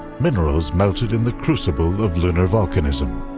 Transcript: minerals melted in the crucible of lunar volcanism.